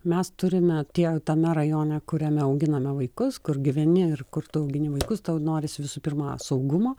mes turime tie tame rajone kuriame auginame vaikus kur gyveni ir kur tu augini vaikus tau norisi visų pirma saugumo